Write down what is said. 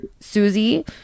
Susie